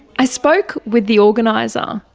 i spoke with the organiser,